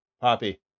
poppy